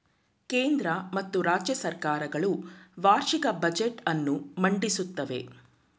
ಕೇಂದ್ರ ಮತ್ತು ರಾಜ್ಯ ಸರ್ಕಾರ ಗಳು ವಾರ್ಷಿಕ ಬಜೆಟ್ ಅನ್ನು ಮಂಡಿಸುತ್ತವೆ